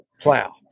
plow